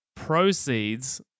proceeds